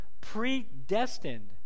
predestined